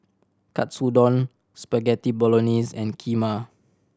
Katsudon Spaghetti Bolognese and Kheema